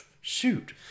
Shoot